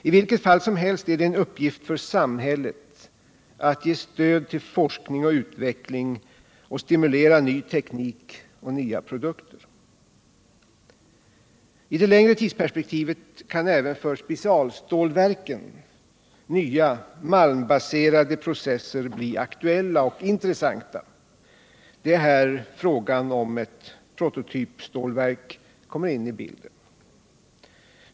I vilket fall som helst är det en uppgift för samhället att ge stöd till forskning och utveckling och stimulera ny teknik och nya produkter. I det längre tidsperspektivet kan även för specialstålverken nya malmbaserade processer bli aktuella och intressanta. Det är här frågan om ett prototypstålverk kommer in i bilden.